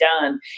done